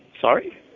Sorry